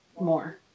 more